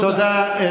תודה.